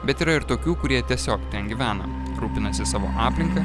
bet yra ir tokių kurie tiesiog ten gyvena rūpinasi savo aplinka